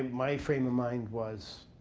my frame of mind was,